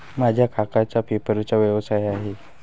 माझ्या काकांचा पेपरचा व्यवसाय आहे